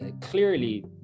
clearly